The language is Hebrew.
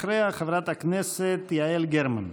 אחריה, חברת הכנסת יעל גרמן.